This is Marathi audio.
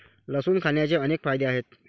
लसूण खाण्याचे अनेक फायदे आहेत